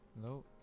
Hello